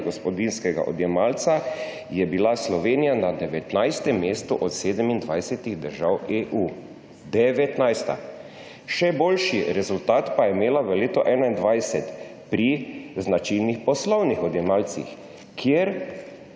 gospodinjskega odjemalca na 19. mestu od 27 držav EU. Še boljši rezultat pa je imela v letu 2021 pri značilnih poslovnih odjemalcih, kjer